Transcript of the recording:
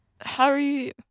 Harry